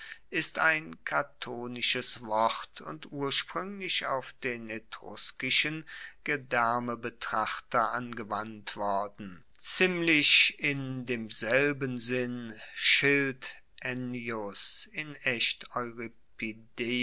ist ein catonisches wort und urspruenglich auf den etruskischen gedaermebetrachter angewandt worden ziemlich in demselben sinn schilt ennius in echt